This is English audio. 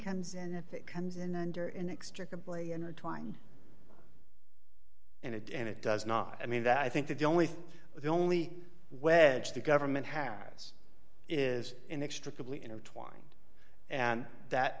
comes and if it comes in and are inextricably intertwined and it and it does not i mean that i think that the only thing the only way the government has is inextricably intertwined and that